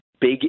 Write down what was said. big